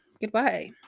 goodbye